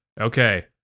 Okay